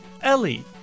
Ellie